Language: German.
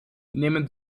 nehmen